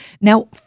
Now